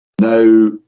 now